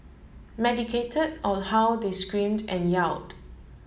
medicate or how they screamed and yelled